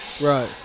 right